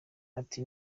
ati